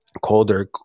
colder